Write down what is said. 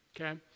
okay